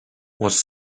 was